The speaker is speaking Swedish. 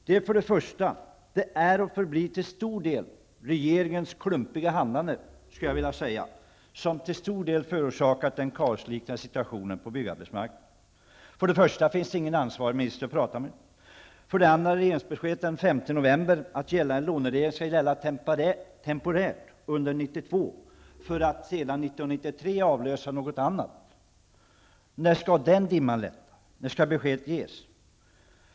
Det är och förblir regeringens klumpiga handlande som till stor del har förorsakat den kaosliknande situationen på byggarbetsmarknaden. För det första finns det ingen ansvarig minister att prata med. För det andra lämnade regeringen ett besked den 5 november att nuvarande låneregler skall gälla temporärt under 1992 för att 1993 avlösas av någonting annat. När skall den dimman lätta? När skall besked ges?